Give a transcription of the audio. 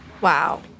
Wow